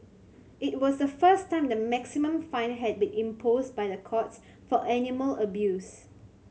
it was the first time the maximum fine had been imposed by the courts for animal abuse